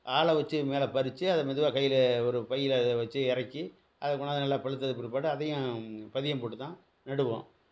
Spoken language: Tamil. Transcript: ஆளை வச்சு மேலே பறித்து அதை மெதுவாக கையில் ஒரு பையில் வச்சு இறக்கி அதை கொண்டாந்து நல்லா பழுத்ததுக்கு பிற்பாடு அதையும் பதியம் போட்டு தான் நடுவோம்